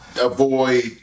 avoid